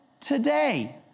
today